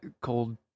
Cold